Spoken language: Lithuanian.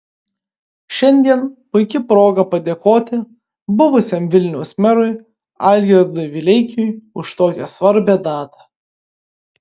šiandien puiki proga padėkoti buvusiam vilniaus merui algirdui vileikiui už tokią svarbią datą